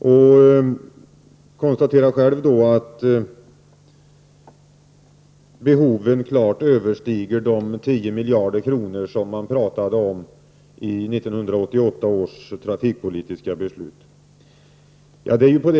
Han konstaterade att behoven klart överstiger de 10 miljarder som man talade om i 1988 års trafikpolitiska beslut.